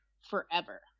forever